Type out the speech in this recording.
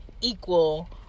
equal